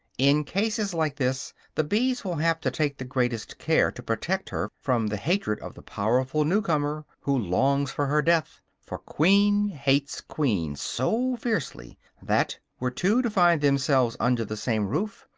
in cases like this the bees will have to take the greatest care to protect her from the hatred of the powerful newcomer who longs for her death for queen hates queen so fiercely that, were two to find themselves under the same roof,